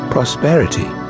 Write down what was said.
Prosperity